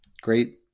great